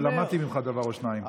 למדתי ממך דבר או שניים.